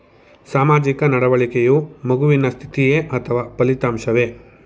ಸಾಮಾಜಿಕ ನಡವಳಿಕೆಯು ಮಗುವಿನ ಸ್ಥಿತಿಯೇ ಅಥವಾ ಫಲಿತಾಂಶವೇ?